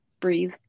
breathe